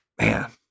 man